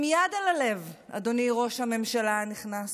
עם יד על הלב, אדוני, ראש הממשלה הנכנס,